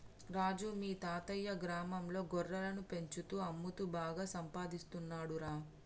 రాజు మీ తాతయ్యా గ్రామంలో గొర్రెలను పెంచుతూ అమ్ముతూ బాగా సంపాదిస్తున్నాడురా